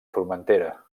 formentera